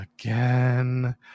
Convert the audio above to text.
again